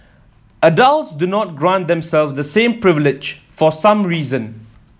adults do not grant themselves the same privilege for some reason